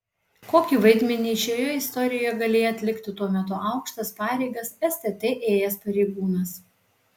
kokį vaidmenį šioje istorijoje galėjo atlikti tuo metu aukštas pareigas stt ėjęs pareigūnas